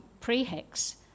Prehex